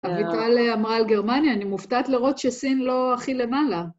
‫אביטל אמרה על גרמניה, ‫אני מופתעת לראות שסין לא הכי למעלה.